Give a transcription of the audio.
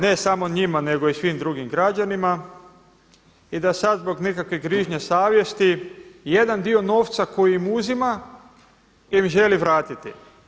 Ne samo njima nego i svim drugim građanima i da sada zbog nekakve grižnje savjesti jedan dio novca koji im uzima im želi vratiti.